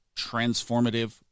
transformative